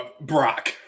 brock